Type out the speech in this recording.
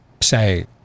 say